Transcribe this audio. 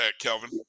kelvin